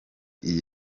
iyi